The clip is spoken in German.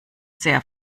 sehr